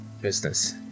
business